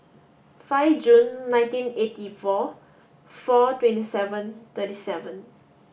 five June nineteen eighty four four twenty seven thirty seven